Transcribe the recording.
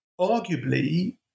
arguably